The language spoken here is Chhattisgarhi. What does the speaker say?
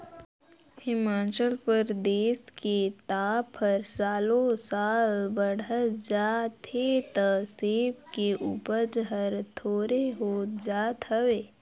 हिमाचल परदेस के ताप हर सालो साल बड़हत जात हे त सेब के उपज हर थोंरेह होत जात हवे